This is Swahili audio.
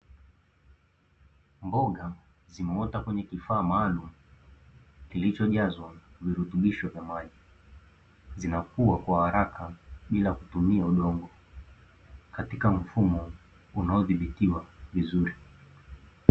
Mboga zimeota kwenye kifaa maalumu kilichojazwa virutubisho na maji. Zinakua kwa haraka bila kutumia udongo, katika mfumo unaothibitiwa vizuri.